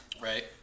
Right